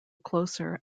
closer